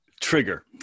trigger